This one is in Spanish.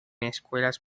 escuelas